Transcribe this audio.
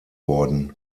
worden